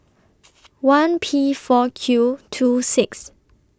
one P four Q two six